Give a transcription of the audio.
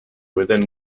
within